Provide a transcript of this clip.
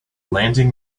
landing